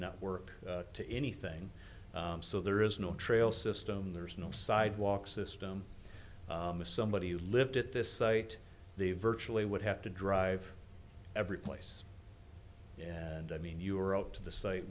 network to anything so there is no trail system there's no sidewalks system as somebody who lived at this site they virtually would have to drive every place and i mean you were up to the site